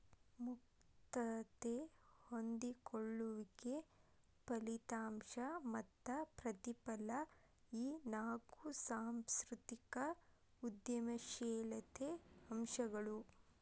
ಮುಕ್ತತೆ ಹೊಂದಿಕೊಳ್ಳುವಿಕೆ ಫಲಿತಾಂಶ ಮತ್ತ ಪ್ರತಿಫಲ ಈ ನಾಕು ಸಾಂಸ್ಕೃತಿಕ ಉದ್ಯಮಶೇಲತೆ ಅಂಶಗಳು